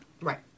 Right